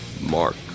Mark